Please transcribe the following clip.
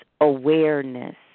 awareness